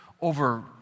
over